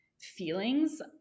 feelings